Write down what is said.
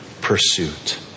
pursuit